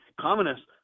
communists